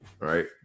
right